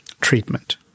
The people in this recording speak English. treatment